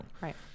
Right